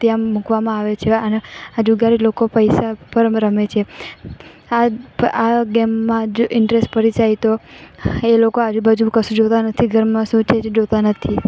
ત્યાં મૂકવામાં આવે છે અને જુગારી લોકો પૈસા પર રમે છે આ આ ગેમમાં જ ઇન્ટ્રસ પડી જાય તો એ લોકો આજુબાજુ કશું જોતાં નથી ઘરમાં શું છે જોતાં નથી